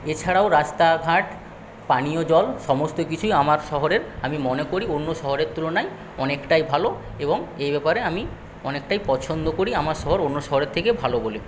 এছাড়াও রাস্তাঘাট পানীয় জল সমস্ত কিছুই আমার শহরের আমি মনে করি অন্য শহরের তুলনায় অনেকটাই ভালো এবং এই ব্যাপারে আমি অনেকটাই পছন্দ করি আমার শহর অন্য শহরের থেকে ভালো বলে